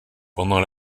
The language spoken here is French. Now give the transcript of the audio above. pendant